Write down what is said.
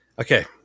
Okay